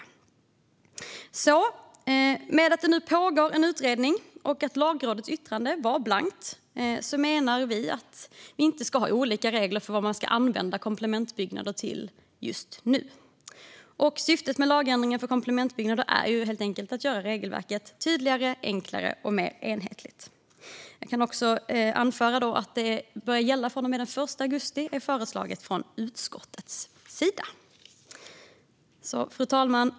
I och med att det nu pågår en utredning och att Lagrådets yttrande var blankt menar vi att vi inte ska ha olika regler för vad man ska använda komplementbyggnader till just nu. Syftet med lagändringen för komplementbyggnader är ju att göra regelverket tydligare, enklare och mer enhetligt. Utskottet föreslår att detta börjar gälla från och med den 1 augusti. Fru talman!